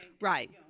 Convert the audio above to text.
Right